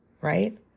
right